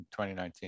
2019